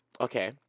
Okay